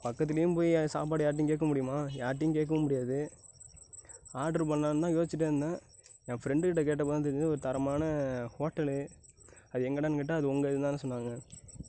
பக்கத்திலையும் போய் சாப்பாடு யார்கிட்டையும் கேட்க முடியுமா யார்கிட்டையும் கேட்கவும் முடியாது ஆர்டர் பண்ணலான்னு தான் யோசிச்சுட்டே இருந்தேன் என் ஃப்ரெண்டுக்கிட்ட கேட்டப்போ தான் தெரிஞ்சது ஒரு தரமான ஹோட்டலு அது எங்கடானு கேட்டால் அது உங்க இது தான்னு சொன்னாங்க